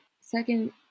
second